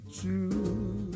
true